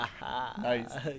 Nice